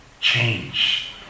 change